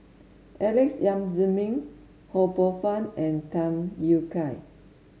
Alex Yam Ziming Ho Poh Fun and Tham Yui Kai